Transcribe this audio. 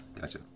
Gotcha